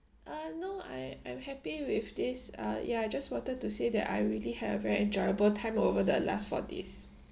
uh no I am happy with this uh ya I just wanted to say that I really have an enjoyable time over the last four days